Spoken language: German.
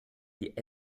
die